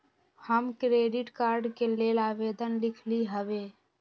हम credit card के लेल आवेदन लिखली हबे